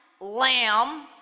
lamb